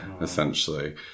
essentially